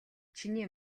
чиний